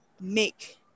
make